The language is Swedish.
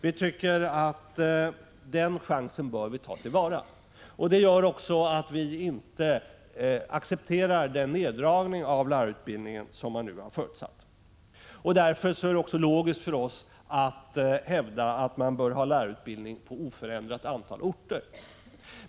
Vi anser att man bör ta den chansen. Det gör att vi inte accepterar den neddragning av lärarutbildningen som man nu har förutsatt. Därför är det också logiskt för oss att hävda att lärarutbildningen bör bedrivas på oförändrat antal orter.